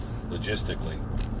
logistically